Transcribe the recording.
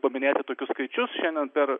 paminėti tokius skaičius šiandien per